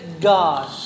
God